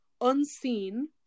unseen